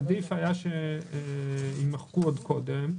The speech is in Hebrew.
עדיף היה שיימחקו עוד קודם.